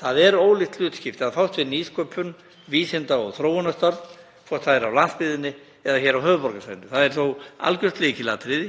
Það er ólíkt hlutskipti að fást við nýsköpun og vísinda- og þróunarstarf á landsbyggðinni eða á höfuðborgarsvæðinu. Það er þó algjört lykilatriði